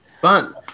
Fun